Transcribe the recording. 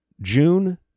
June